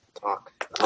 talk